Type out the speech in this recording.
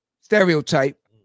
stereotype